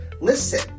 listen